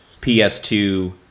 PS2